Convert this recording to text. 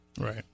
Right